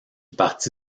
parti